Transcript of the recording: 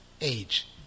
age